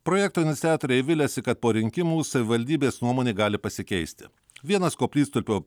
projekto iniciatoriai viliasi kad po rinkimų savivaldybės nuomonė gali pasikeisti vienas koplytstulpio